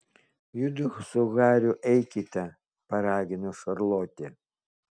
judu su hariu eikite paragino šarlotė